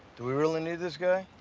do we really need this guy?